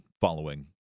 following